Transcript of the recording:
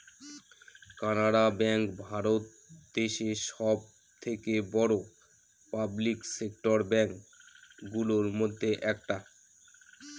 Canara bank ভারত দেশে সব থেকে বড়ো পাবলিক সেক্টর ব্যাঙ্ক গুলোর মধ্যে একটা